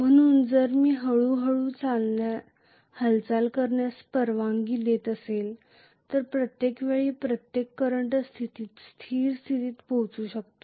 म्हणून जर मी हळूहळू हालचाल करण्यास परवानगी देत असेल तर प्रत्येक वेळी प्रत्येक करंट स्थिती स्थिर स्थितीत पोहोचू शकते